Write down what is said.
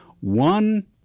One